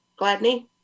Gladney